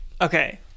Okay